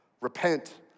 Repent